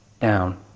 down